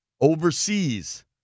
overseas